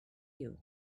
you